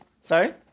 Sorry